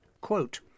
Quote